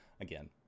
again